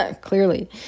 clearly